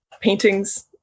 paintings